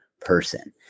person